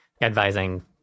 advising